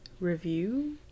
review